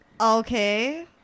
Okay